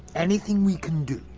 anything we can do,